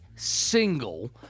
Single